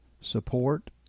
support